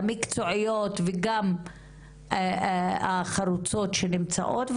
המקצועיות והחרוצות שנמצאות פה,